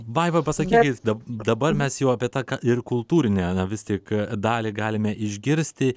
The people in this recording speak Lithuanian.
vaiva pasakykit da dabar mesjau apie tą ir kultūrinę vis tik dalį galime išgirsti